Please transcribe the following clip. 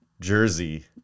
jersey